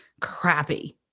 crappy